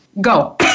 go